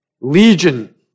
legion